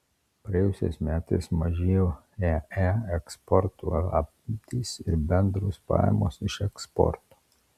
praėjusiais metais mažėjo ee eksporto apimtys ir bendros pajamos iš eksporto